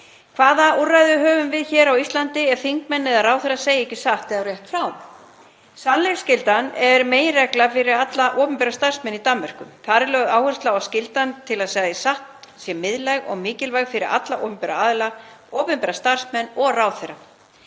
Hvaða úrræði höfum við hér á Íslandi ef þingmenn eða ráðherrar segja ekki satt og rétt frá? Sannleiksskyldan er meginregla fyrir alla opinbera starfsmenn í Danmörku. Þar er lögð áhersla á að skyldan til að segja satt sé miðlæg og mikilvæg fyrir alla opinbera aðila, opinbera starfsmenn og ráðherra.